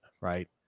right